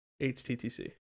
HTTC